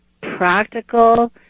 practical